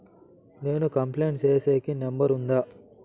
నేను కంప్లైంట్ సేసేకి నెంబర్ ఉందా?